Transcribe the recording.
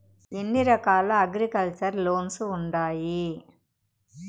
ఎన్ని రకాల agriculture loans ఉండాయి